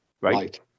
right